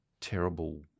terrible